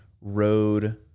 road